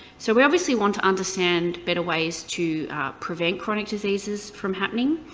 so we obviously want to understand better ways to prevent chronic diseases from happening.